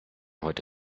heute